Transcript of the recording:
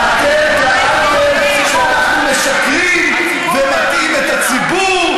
אתם טענתם שאנחנו משקרים ומטעים את הציבור,